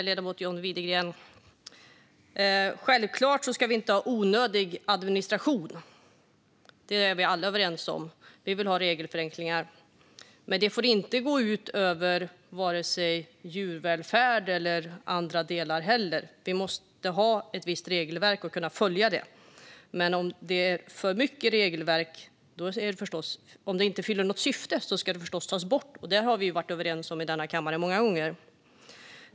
Herr talman! Självklart ska vi inte ha onödig administration. Det är vi alla överens om. Vi vill ha regelförenklingar, men det får inte gå ut över djurvälfärd eller andra delar. Vi måste ha vissa regelverk och kunna följa dem. Men om det är för mycket regler och de inte fyller något syfte ska de förstås tas bort. Det har vi varit överens om i denna kammare många gånger.